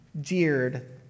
jeered